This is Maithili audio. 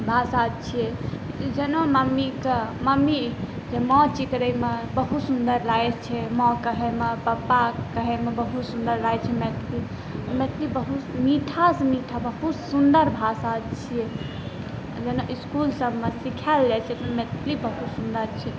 भाषा छियै की जेना मम्मीक मम्मी जे माँ चीकरयमे बहुत सुन्दर लागै छै माँ कहयमे पप्पा कहयमे बहुत सुन्दर लागै छै मैथिली मैथिली बहुत मीठासॅं मीठा बहुत सुन्दर भाषा छियै जेना इस्कूलसभमे सीखायल जाइ छै मैथिली बहुत सुन्दर छै